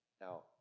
Now